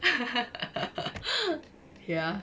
ya